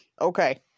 Okay